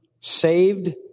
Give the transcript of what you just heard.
saved